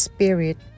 Spirit